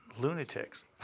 lunatics